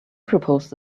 proposed